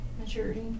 maturity